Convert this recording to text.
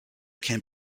can